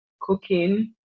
cooking